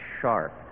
sharp